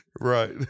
right